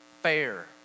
Fair